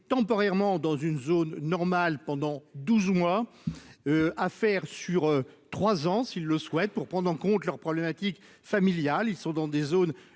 temporairement dans une zone normale pendant 12 mois. À faire sur 3 ans s'il le souhaite pour prendre en compte leur problématique familiale, ils sont dans des zones